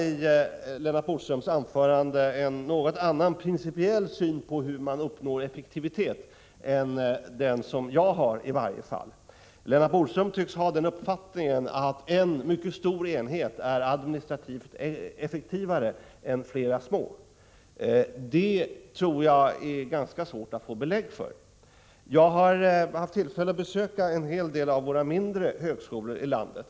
I Lennart Bodströms anförande tycker jag mig skymta en något annan principiell syn på hur man uppnår effektivitet än den som jag har. Lennart Bodström verkar ha den uppfattningen att en mycket stor enhet är administrativt effektivare än flera små. Jag tror att det är ganska svårt att få belägg för denna uppfattning. Jag har haft tillfälle att besöka flera av våra mindre högskolor i landet.